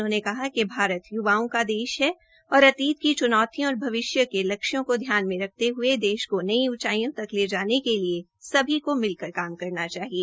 उन्होंने कहा कि भारत य्वाओं का देश है और अतीत की च्नौतियों और भविष्य के लक्ष्यों को ध्यान में रखते हये देश का नई ऊचाईयों तक ले जाने के लिए सभी को मिलकर काम करना चाहिए